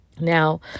Now